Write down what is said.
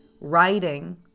writing